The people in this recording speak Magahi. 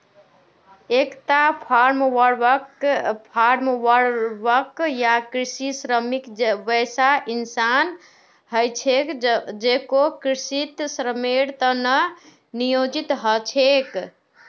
एकता फार्मवर्कर या कृषि श्रमिक वैसा इंसान ह छेक जेको कृषित श्रमेर त न नियोजित ह छेक